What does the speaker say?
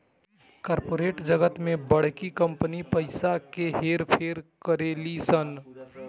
corporate जगत में बड़की कंपनी पइसा के हेर फेर करेली सन